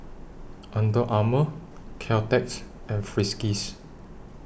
Under Armour Caltex and Friskies